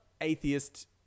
atheist